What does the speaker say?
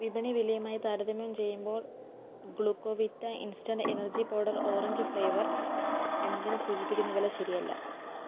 വിപണി വിലയുമായി താരതമ്യം ചെയ്യുമ്പോൾ Glucovita instant energy powder orange flavour എന്നതിന് സൂചിപ്പിക്കുന്ന വില ശരിയല്ല